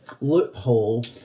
loophole